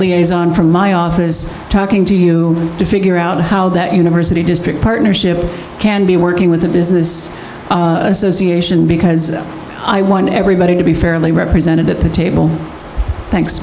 liaison from my office talking to you to figure out how that university district partnership can be working with the business association because i want everybody to be fairly represented at the table thanks